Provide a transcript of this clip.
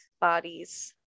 bodies